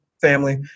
family